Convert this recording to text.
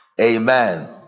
Amen